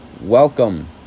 welcome